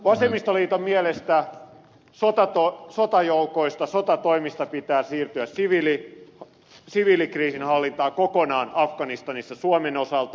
vasemmistoliiton mielestä sotajoukoista sotatoimista pitää siirtyä kokonaan siviilikriisinhallintaan afganistanissa suomen osalta